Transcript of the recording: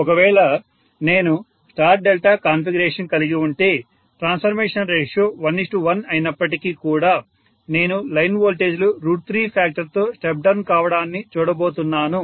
ఒకవేళ నేను star delta configuration కలిగి ఉంటే ట్రాన్స్ఫర్మేషన్ రేషియో 11 అయినప్పటికీ కూడా నేను లైన్ వోల్టేజీలు 3 ఫ్యాక్టర్ తో స్టెప్ డౌన్ కావడాన్ని చూడబోతున్నాను